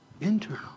Internal